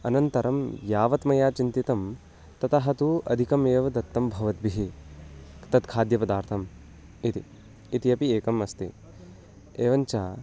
अनन्तरं यावत्मया चिन्तितं ततः तु अधिकम् एव दत्तं भवद्भिः तत् खाद्यपदार्थम् इति इति अपि एकम् अस्ति एवञ्च